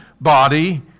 body